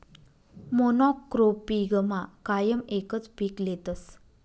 मोनॉक्रोपिगमा कायम एकच पीक लेतस